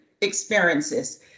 experiences